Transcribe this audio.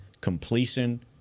completion